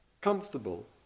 comfortable